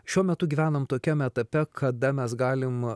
šiuo metu gyvenam tokiam etape kada mes galim